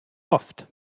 oft